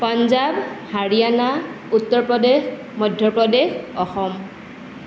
Punjab Haryana Uttar Pradesh Madhya Pradesh Assam